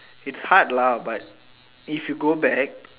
it's hard lah but if you go back